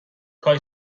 کاش